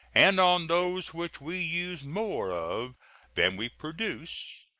and on those which we use more of than we produce,